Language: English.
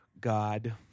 God